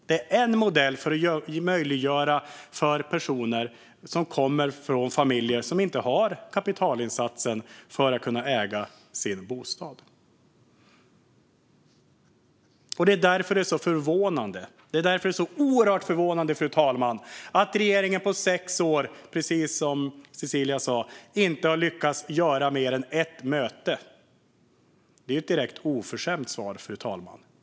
Det är en modell som skulle göra det möjligt för personer som kommer från familjer som inte har den kapitalinsats som krävs för att kunna köpa en bostad. Fru talman! Det är oerhört förvånande att regeringen inte på sex år, precis som Cecilie sa, har lyckats få till mer än ett möte. Det är ett direkt oförskämt svar.